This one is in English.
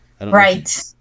Right